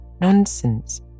Nonsense